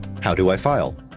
how do i file?